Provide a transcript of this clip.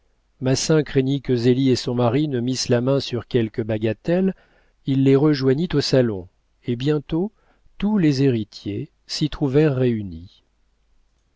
craignit que zélie et son mari ne missent la main sur quelque bagatelle il les rejoignit au salon et bientôt tous les héritiers s'y trouvèrent réunis